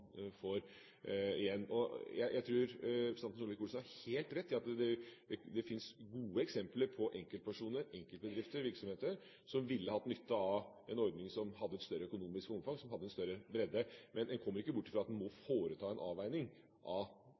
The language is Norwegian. får igjen. Jeg tror representanten Solvik-Olsen har helt rett i at det fins gode eksempler på enkeltpersoner og enkeltbedrifter, virksomheter som ville hatt nytte av en ordning som hadde et større økonomisk omfang, som hadde en større bredde. Men en kommer ikke bort fra at en må foreta en avveining av